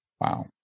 Wow